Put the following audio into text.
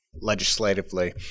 legislatively